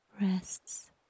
rests